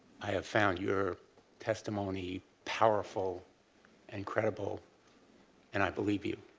i have found your testimony powerful and credible and i believe you.